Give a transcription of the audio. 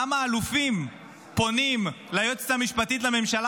למה אלופים פונים ליועצת המשפטית לממשלה